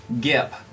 Gip